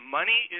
money